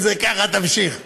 אם זה ככה, תמשיך.